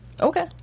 Okay